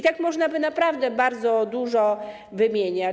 Tak można by naprawdę bardzo dużo wymieniać.